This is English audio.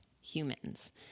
humans